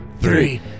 three